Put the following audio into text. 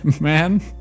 man